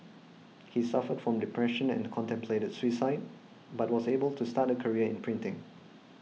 he suffered from depression and contemplated suicide but was able to start a career in printing